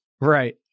Right